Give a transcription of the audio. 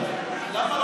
עכשיו, למה לא,